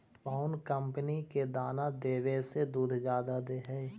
कौन कंपनी के दाना देबए से दुध जादा दे है?